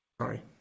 Sorry